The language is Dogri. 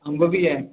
अंब बी हैन